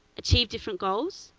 achieve different goals,